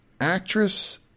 actress